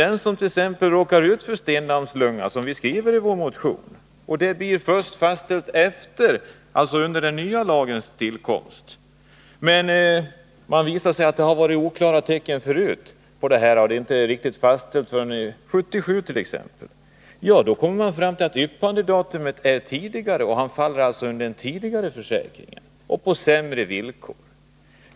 Den som t.ex. råkar ut för stendammslunga — vi nämner det i vår motion — och får det fastställt efter den nya lagens tillkomst kan ju tidigare ha visat oklara tecken på sjukdomen men inte fått den definitivt fastställd förrän exempelvis 1977. Man kommer då fram till att yppandedatum ligger före den nya försäkringens ikraftträdande, och ärendet faller under de tidigare försäkringsbestämmelserna.